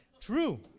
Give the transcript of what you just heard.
True